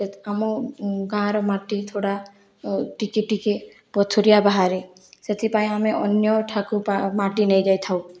ଆମ ଗାଁ'ର ମାଟି ଥୋଡ଼ା ଟିକେ ଟିକେ ପଥୁରିଆ ବାହାରେ ସେଥିପାଇଁ ଆମେ ଅନ୍ୟଠାକୁ ମାଟି ନେଇଯାଇଥାଉ